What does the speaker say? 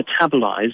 metabolized